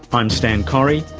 i'm stan correy,